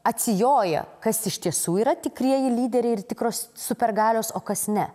atsijoja kas iš tiesų yra tikrieji lyderiai ir tikros supergalios o kas ne